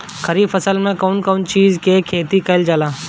खरीफ फसल मे कउन कउन चीज के खेती कईल जाला?